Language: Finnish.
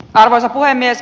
arvoisa puhemies